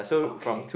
okay